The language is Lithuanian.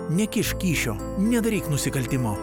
nekišk kyšio nedaryk nusikaltimo